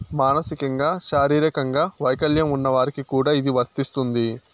మానసికంగా శారీరకంగా వైకల్యం ఉన్న వారికి కూడా ఇది వర్తిస్తుంది